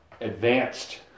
advanced